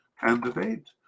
Candidate